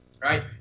right